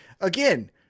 again